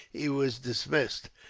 he was dismissed,